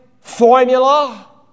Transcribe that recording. formula